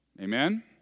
Amen